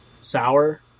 sour